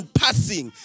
passing